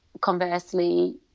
conversely